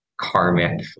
karmic